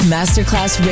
Masterclass